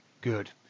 Good